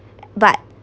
but